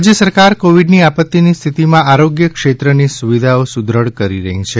એમ રાજ્ય સરકાર કોવીડની આપત્તિની સ્થિતમાં આરોગ્ય ક્ષેત્રનિ સુવિધાઓ સુદ્રઢ કરી રહી છે